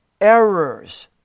errors